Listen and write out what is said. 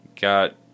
got